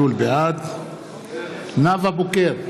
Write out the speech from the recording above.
בעד נאוה בוקר,